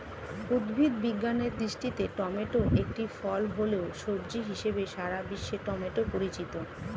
উদ্ভিদ বিজ্ঞানের দৃষ্টিতে টমেটো একটি ফল হলেও, সবজি হিসেবেই সারা বিশ্বে টমেটো পরিচিত